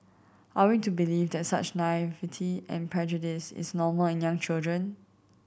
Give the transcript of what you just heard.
are we to believe that such naivety and prejudice is normal in young children